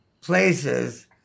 places